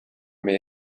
meie